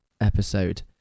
episode